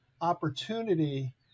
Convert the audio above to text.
opportunity